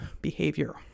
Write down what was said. behavior